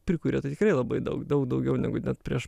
prikuria tai tikrai labai daug daug daugiau negu prieš